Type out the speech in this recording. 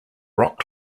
rock